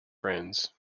friends